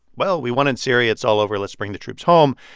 well, we won in syria. it's all over let's bring the troops home.